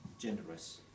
generous